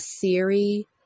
theory